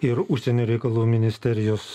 ir užsienio reikalų ministerijos